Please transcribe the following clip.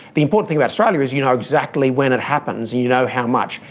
the important thing about australia is you know exactly when it happens, you know how much,